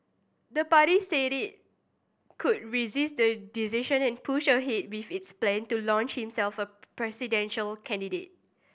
the party said it could resist the decision and push ahead with its plan to launch him as presidential candidate